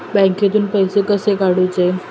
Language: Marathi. बँकेतून पैसे कसे काढूचे?